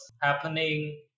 happening